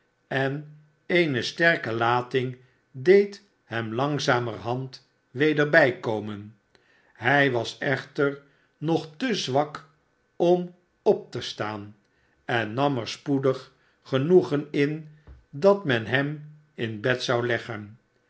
en eene sterke lating deed hem langzamerhand weder bijkomen hij was echter nog te zwak om op te staan en nam er spoedig genoegen in dat men hem in bed zou leggen